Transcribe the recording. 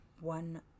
one